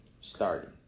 Starting